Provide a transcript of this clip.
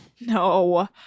No